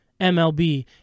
MLB